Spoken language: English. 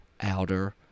outer